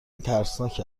ترسناک